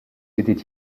étaient